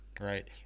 Right